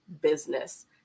business